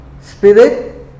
spirit